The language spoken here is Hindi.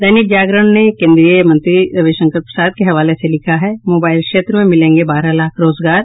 दैनिक जागरण ने केंद्रीय मंत्री रविशंकर प्रसाद के हवाले से लिखा है मोबाइल क्षेत्र में मिलेंगे बारह लाख रोजगार